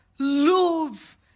love